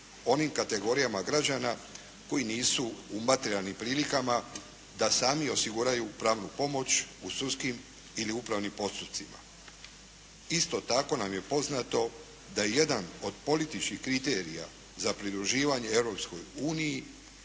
onim kategorijama građana koji nisu u materijalnim prilikama da sami osiguraju pravnu pomoć u sudskim ili upravnim postupcima. Isto tako nam je poznato da je jedan od političkih kriterija za pridruživanje Europskoj uniji